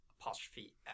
apostrophe